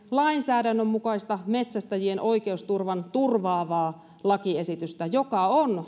lainsäädännön mukaista metsästäjien oikeusturvan turvaavaa lakiesitystä joka on